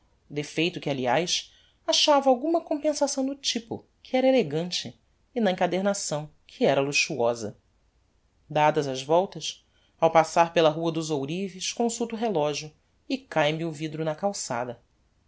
defeito que aliás achava alguma compensação no typo que era elegante e na encadernação que era luxuosa dadas as voltas ao passar pela rua dos ourives consulto o relogio e cáe me o vidro na calçada